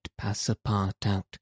Passapartout